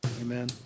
Amen